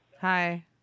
Hi